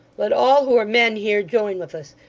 let all who're men here, join with us.